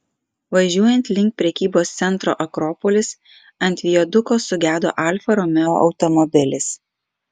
važiuojant link prekybos centro akropolis ant viaduko sugedo alfa romeo automobilis